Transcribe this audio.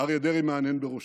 אריה דרעי מהנהן בראשו.